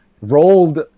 rolled